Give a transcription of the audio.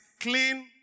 clean